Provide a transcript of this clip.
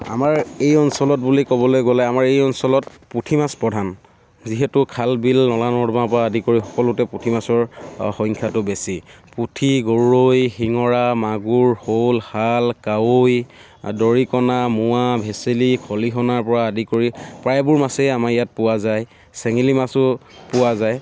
আমাৰ এই অঞ্চলত বুলি ক'বলৈ গ'লে আমাৰ এই অঞ্চলত পুঠি মাছ প্ৰধান যিহেতু খাল বিল নলা নৰ্দমাৰ পৰা আদি কৰি সকলোতে পুঠি মাছৰ সংখ্যাটো বেছি পুঠি গৰৈ শিঙৰা মাগুৰ শ'ল শাল কাৱৈ দৰিকণা মোৱা ভেছেলি খলিহনাৰ পৰা আদি কৰি প্ৰায়বোৰ মাছেই আমাৰ ইয়াত পোৱা যায় চেঙেলী মাছো পোৱা যায়